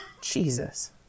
Jesus